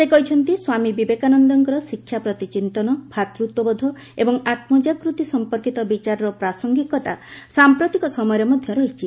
ସେ କହିଛନ୍ତି ସ୍ୱାମୀ ବିବେକାନନ୍ଦଙ୍କ ଶିକ୍ଷା ପ୍ରତି ଚିନ୍ତନ ଭାତୃତ୍ୱବୋଧ ଏବଂ ଆତ୍ମଜାଗୃତି ସମ୍ପର୍କିତ ବିଚାରର ପ୍ରାସଙ୍ଗିକତା ସାଂପ୍ରତିକ ସମୟରେ ମଧ୍ୟ ରହିଛି